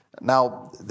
Now